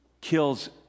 kills